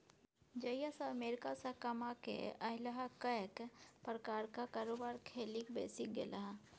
जहिया सँ अमेरिकासँ कमाकेँ अयलाह कैक प्रकारक कारोबार खेलिक बैसि गेलाह